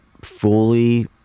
fully